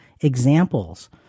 examples